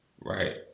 right